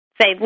say